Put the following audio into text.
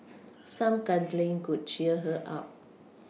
some cuddling could cheer her up